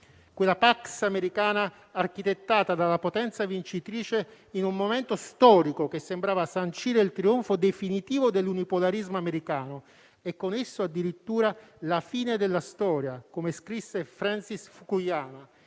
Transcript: quella *pax americana* architettata dalla potenza vincitrice in un momento storico che sembrava sancire il trionfo definitivo dell'unipolarismo americano e con esso addirittura la fine della storia, come scrisse Francis Fukuyama.